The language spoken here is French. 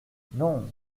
non